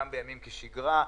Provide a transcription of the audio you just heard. גם בימים של שגרה,